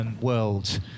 world